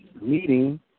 meeting